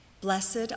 Blessed